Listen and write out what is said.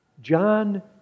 John